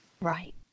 Right